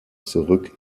zurück